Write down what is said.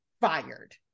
fired